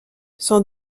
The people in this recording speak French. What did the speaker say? son